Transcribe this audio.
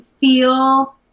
feel